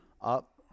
up